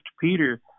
Peter